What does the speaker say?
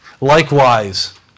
Likewise